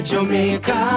Jamaica